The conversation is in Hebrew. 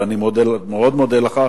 ואני מאוד מודה לך,